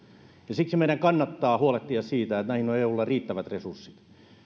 siksi meidän kannattaa huolehtia siitä että näihin on eulla riittävät resurssit